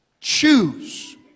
choose